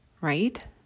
Right